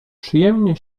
przyjemnie